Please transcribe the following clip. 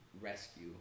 rescue